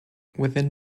within